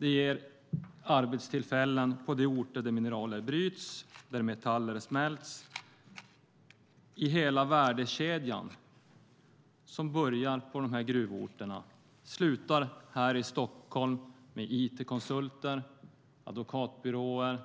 Det ger arbetstillfällen på de orter där mineraler bryts eller där metaller smälts och i hela värdekedjan som börjar på orterna och slutar här i Stockholm med it-konsulter, advokatbyråer